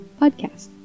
podcast